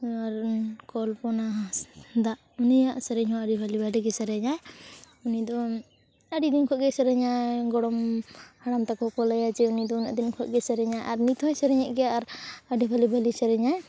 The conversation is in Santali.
ᱟᱨ ᱠᱚᱞᱯᱚᱱᱟ ᱦᱟᱸᱥᱫᱟᱜ ᱩᱱᱤᱭᱟᱜ ᱥᱮᱨᱮᱧ ᱦᱚᱸ ᱟᱹᱰᱤ ᱵᱷᱟᱹᱞᱤ ᱵᱷᱟᱹᱞᱤᱜᱮ ᱥᱮᱨᱮᱧᱟᱭ ᱩᱱᱤᱫᱚ ᱟᱹᱰᱤ ᱫᱤᱱ ᱠᱷᱚᱱᱜᱮ ᱥᱮᱨᱮᱧᱟᱭ ᱜᱚᱲᱚᱢ ᱦᱟᱲᱟᱢ ᱛᱟᱠᱚ ᱠᱚ ᱞᱟᱹᱭᱟ ᱡᱮ ᱩᱱᱤ ᱫᱚ ᱩᱱᱟᱹᱜ ᱫᱤᱱ ᱠᱷᱚᱱᱜᱮ ᱥᱮᱨᱮᱧᱟᱭ ᱟᱨ ᱱᱤᱛᱦᱚᱸᱭ ᱥᱮᱨᱮᱧᱮᱫ ᱜᱮᱭᱟ ᱟᱨ ᱟᱹᱰᱤ ᱵᱷᱟᱹᱞᱤ ᱵᱷᱟᱹᱞᱤ ᱥᱮᱨᱮᱧᱟᱭ